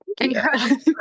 Incredible